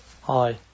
Hi